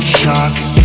shots